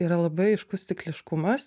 yra labai aiškus cikliškumas